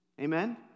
Amen